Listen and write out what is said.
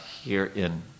herein